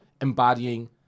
embodying